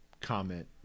comment